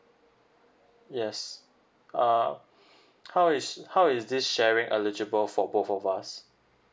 yes uh how is how is this sharing eligible for both of us